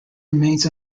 remains